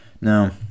Now